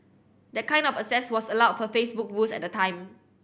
that kind of access was allowed per Facebook rules at the time